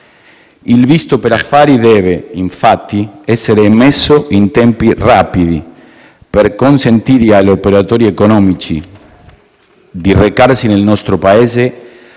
Il visto per affari deve infatti essere emesso in tempi rapidi, per consentire agli operatori economici di recarsi nel nostro Paese